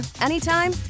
anytime